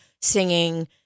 singing